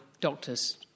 doctors